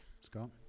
Scott